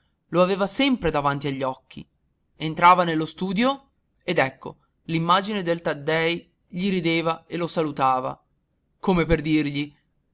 lo aveva sempre davanti a gli occhi entrava nello studio ed ecco l'immagine del taddei gli rideva e lo salutava come per dirgli